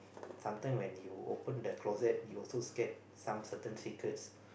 sometime when you open the closet you also scared some certain secrets